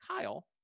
Kyle